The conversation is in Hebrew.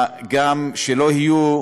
שלא יהיו